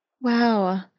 Wow